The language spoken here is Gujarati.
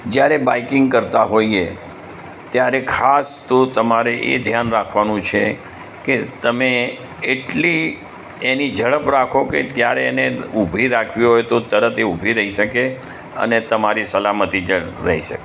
જયારે બાઇકિંગ કરતા હોઈએ ત્યારે ખાસ તો તમારે એ ધ્યાન રાખવાનું છે કે તમે એટલી એની ઝડપ રાખો કે ક્યારે એને ઉભી રાખવી હોય તો તરત એ ઉભી રહી શકે અને તમારી સલામતી જળ રહી શકે